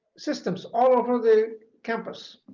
systems all over the campus,